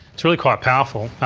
it's really quite powerful.